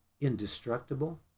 indestructible